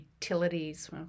utilities